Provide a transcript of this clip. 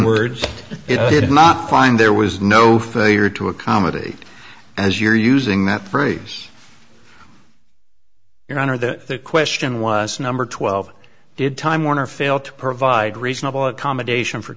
did not find there was no failure to accommodate as you're using that phrase your honor the question was number twelve did time warner fail to provide reasonable accommodation for